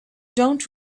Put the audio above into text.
don’t